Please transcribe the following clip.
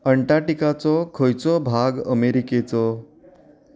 अंटार्क्टिकाचो खंयचो भाग अमेरिकेचो